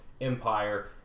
Empire